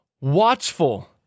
watchful